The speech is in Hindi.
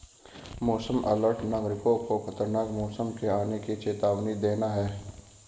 मौसम अलर्ट नागरिकों को खतरनाक मौसम के आने की चेतावनी देना है